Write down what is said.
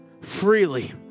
freely